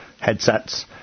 headsets